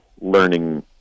learning